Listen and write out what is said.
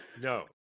No